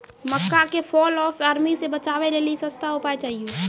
मक्का के fall of army से बचाबै लेली सस्ता उपाय चाहिए?